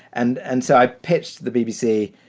and and so i pitched to the bbc.